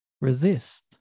resist